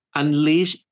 unleash